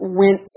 went